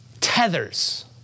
tethers